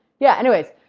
yeah anyways,